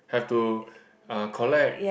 have to uh collect